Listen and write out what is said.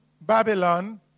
Babylon